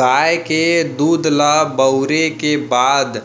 गाय के दूद ल बउरे के बाद